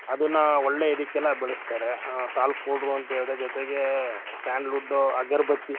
ಅದನ್ನ ಒಳ್ಳೆಯ ಇದಕ್ಕೆಲ್ಲ ಬಳಸ್ತಾರೆ ಟಾಲ್ಕ್ ಪೌಡ್ರು ಅಂತೆ ಅದ್ರ ಜೊತೆಗೆ ಸ್ಯಾಂಡ್ಲ್ವುಡ್ಡು ಅಗರಬತ್ತಿ